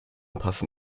passen